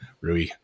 Rui